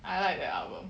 I like that album